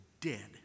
dead